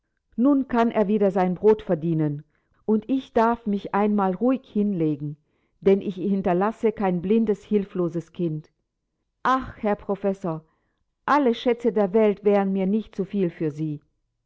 nun kann er wieder sein brot verdienen und ich darf mich einmal ruhig hinlegen denn ich hinterlasse kein blindes hilfloses kind ach herr professor alle schätze der welt wären mir nicht zu viel für sie